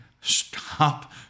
stop